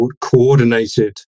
coordinated